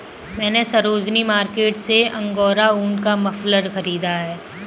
मैने सरोजिनी मार्केट से अंगोरा ऊन का मफलर खरीदा है